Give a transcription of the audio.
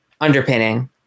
underpinning